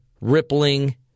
rippling